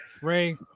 Ray